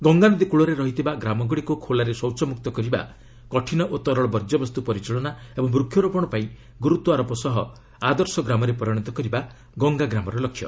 ଗଙ୍ଗାନଦୀ କୃଳରେ ରହିଥିବା ଗ୍ରାମଗୁଡ଼ିକୁ ଖୋଲାରେ ଶୌଚମୁକ୍ତ କରିବା କଠିନ ଓ ତରଳ ବର୍ଜ୍ୟବସ୍ତୁ ପରିଚାଳନା ଏବଂ ବୃକ୍ଷରୋପଣପାଇଁ ଗୁରୁତ୍ୱାରୋପ ସହ ଆଦର୍ଶ ଗ୍ରାମରେ ପରିଣତ କରିବା ଗଙ୍ଗା ଗ୍ରାମର ଲକ୍ଷ୍ୟ